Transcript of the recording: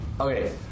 Okay